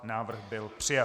Návrh byl přijat.